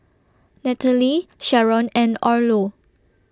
Nataly Sharron and Orlo